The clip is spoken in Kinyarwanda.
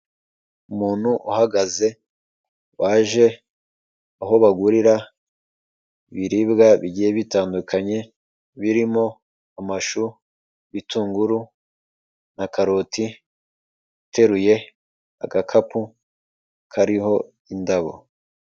Umuntu uhagaze waje aho bagurira ibiribwa bigiye bitandukanye. Birimo amashu, bitunguru na karoti. Uteruye agakapu kariho indabo.